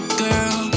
girl